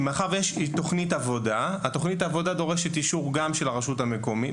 תכנית העבודה דורשת אישור גם של הרשות המקומית,